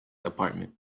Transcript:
apartment